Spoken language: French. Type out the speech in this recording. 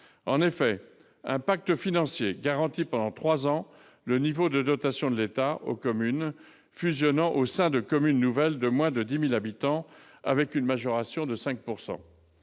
En effet, un pacte financier garantit pendant trois ans le niveau des dotations de l'État aux communes fusionnant au sein de communes nouvelles de moins de 10 000 habitants, avec une majoration de 5 %.